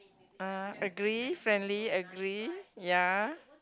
I agree frankly agree ya